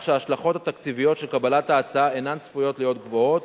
כך שההשלכות התקציביות של קבלת ההצעה אינן צפויות להיות גבוהות,